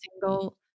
single